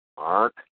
Mark